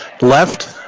left